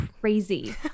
crazy